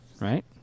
right